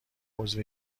عضو